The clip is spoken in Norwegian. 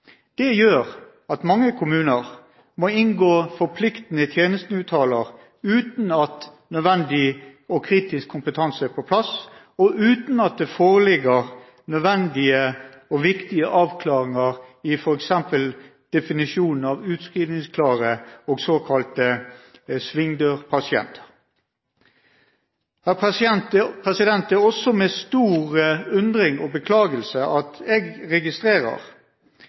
Det gjør at mange kommuner må inngå forpliktende tjenesteavtaler uten at nødvendig og kritisk kompetanse er på plass, og uten at det foreligger nødvendige og viktige avklaringer i f.eks. definisjonen av utskrivningsklare og såkalte svingdørspasienter. Det er også med stor undring og beklagelse jeg registrerer